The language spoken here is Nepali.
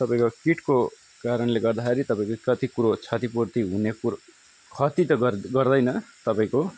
विशेष तपाईँको किटको कारणले गर्दाखेरि तपाईँको कति कुरो क्षतिपूर्ति हुने कुरो खती त गर् गर्दैन तपाईँको